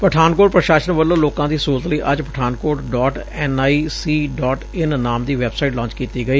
ਪਠਾਨਕੋਟ ਪ੍ਰਸ਼ਾਸਨ ਵੱਲੋਂ ਲੋਕਾਂ ਦੀ ਸਹੂਲਤ ਲਈ ਅੱਜ Pathankot dot N I C dot in ਨਾਮ ਦੀ ਵੈਬਸਾਈਟ ਲਾਚ ਕੀਤੀ ਗਈ